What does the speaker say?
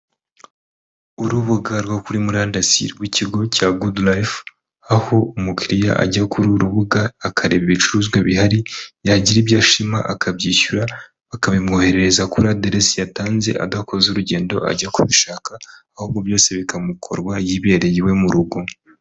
Urubuga rwo kuri murandasi rw'ikigo cya gudu lifu, aho umukiriya ajya kuri uru rubuga akareba ibicuruzwa bihari, yagira ibyo ashima akabyishyura bakabimwoherereza kuri aderesi yatanze, adakoze urugendo ajya kubishaka, ahubwo byose bikamukorwa yibereye iwe mu rugo.